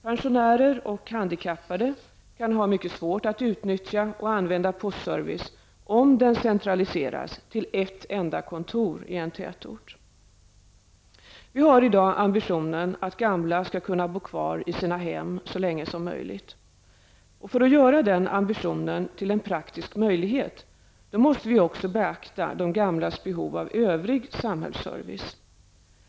Pensionärer och handikappade kan ha mycket svårt att utnyttja postservice om den centraliseras till ett enda kontor i en tätort. Vi har i dag ambitionen att gamla skall kunna bo kvar i sina hem så länge som möjligt. För att göra den ambitionen till en praktisk möjlighet, måste vi ju också beakta de gamlas behov av övrig samhällsservice.